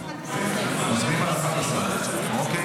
יש 11. אנחנו מצביעים על 11. אוקיי,